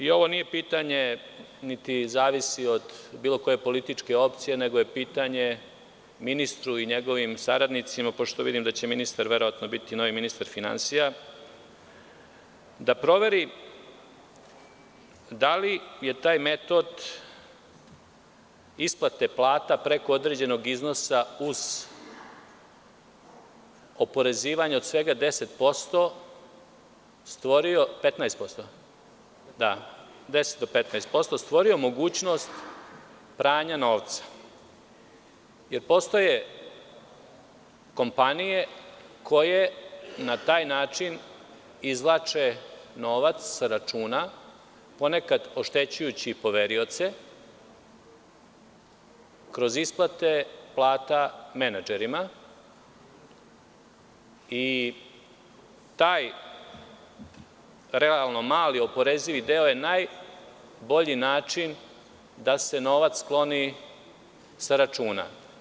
Ovo pitanje ne zavisi od bilo koje političke opcije, nego je pitanje ministru i njegovim saradnicima, pošto vidim da će ministar verovatno biti novi ministar finansija, da proveri da li je taj metod isplate plata preko određenog iznosa, uz oporezivanje od svega 10% do 15%, stvorio mogućnost pranja novca, jer postoje kompanije koje na taj način izvlače novac sa računa, ponekad oštećujući i poverioce kroz isplate plata menadžerima i taj realno mali oporezivi deo je najbolji način da se novac skloni sa računa.